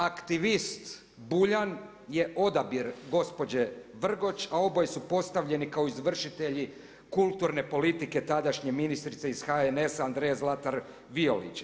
Aktivist Buljan je odabir gospođe Vrgoč, a oboje su postavljeni kao izvršitelji kulturne politike tadašnje ministrice iz HNS-a Andree Zlatar Violić.